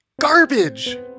Garbage